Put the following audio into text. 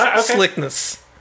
slickness